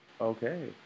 Okay